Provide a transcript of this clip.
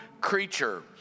creature